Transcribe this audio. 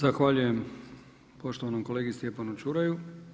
Zahvaljujem poštovanom kolegi Stjepanu Ćuraju.